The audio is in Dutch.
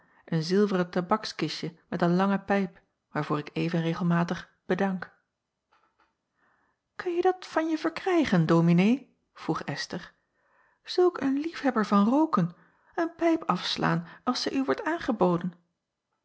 een zilveren tabakskistje met een lange pijp waarvoor ik even regelmatig bedank unje dat van je verkrijgen ominee vroeg sther zulk een liefhebber van rooken een pijp afslaan als zij u wordt aangeboden